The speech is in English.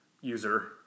user